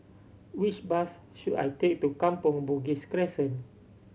which bus should I take to Kampong Bugis Crescent